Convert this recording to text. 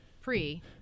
pre